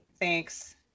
Thanks